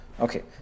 Okay